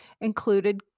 included